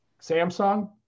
Samsung